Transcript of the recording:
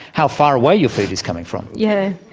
how far away your food is coming from. yeah